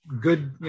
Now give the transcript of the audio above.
good